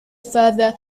further